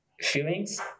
feelings